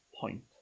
point